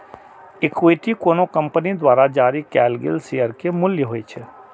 equity कोनो company द्वारा जारी कैल गेल शेयर के मूल्य होइ छै